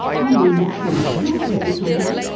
um lynne malcolm, nice to have your company.